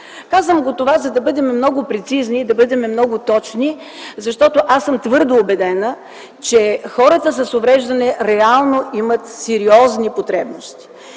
Казвам това, за да бъдем много прецизни, много точни, защото твърдо съм убедена, че хората с увреждания реално имат сериозни потребности.